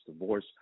divorce